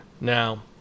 Now